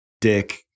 dick